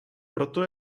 proto